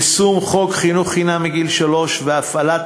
יישום חוק חינוך חינם מגיל שלוש והפעלת